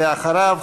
ואחריו,